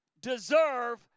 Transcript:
deserve